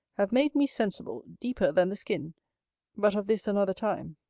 have made me sensible, deeper than the skin but of this another time.